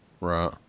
right